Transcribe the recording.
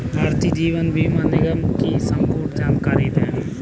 भारतीय जीवन बीमा निगम की संपूर्ण जानकारी दें?